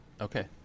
Okay